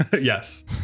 Yes